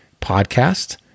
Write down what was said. podcast